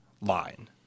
line